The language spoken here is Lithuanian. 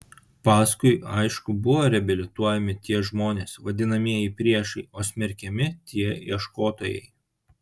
paskui aišku buvo reabilituojami tie žmonės vadinamieji priešai o smerkiami tie ieškotojai